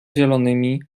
zielonymi